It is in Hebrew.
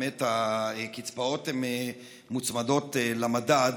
באמת הקצבאות מוצמדות למדד,